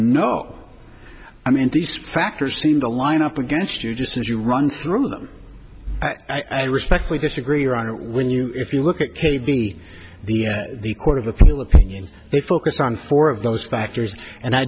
no i mean these factors seem to line up against you just as you run through them i respectfully disagree ron when you if you look at k b the the court of appeal opinion they focus on four of those factors and i